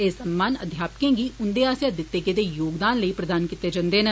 एह सम्मान अध्यापक ंगी उन्दे आस्सेआ दिते गेदे योगदान लेई प्रदान कीते जन्दे न